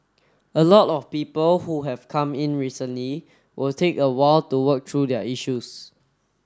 a lot of people who have come in recently will take a while to work through their issues